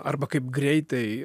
arba kaip greitai